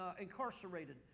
incarcerated